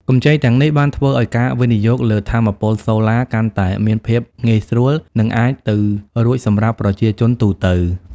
កម្ចីទាំងនេះ បានធ្វើឱ្យការវិនិយោគលើថាមពលសូឡាកាន់តែមានភាពងាយស្រួល និងអាចទៅរួចសម្រាប់ប្រជាជនទូទៅ។